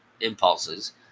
impulses